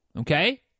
Okay